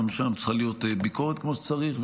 גם שם צריכה להיות ביקורת כמו שצריך,